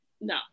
no